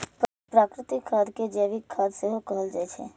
प्राकृतिक खाद कें जैविक खाद सेहो कहल जाइ छै